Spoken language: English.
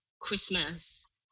Christmas